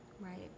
Right